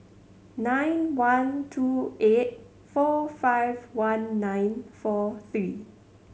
nine one two eight four five one nine four three